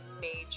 major